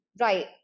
Right